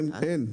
אין.